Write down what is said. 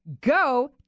Go